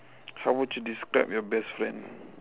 how would you describe your best friend